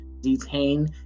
detain